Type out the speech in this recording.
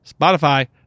Spotify